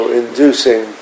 inducing